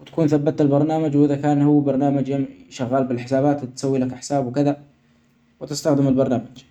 وتكون ثبت البرنامج وإذا كان هو برنامج شغال بالحسابات تسويلك حساب وكذا وتستخدم البرنامج.